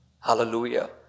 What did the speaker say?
Hallelujah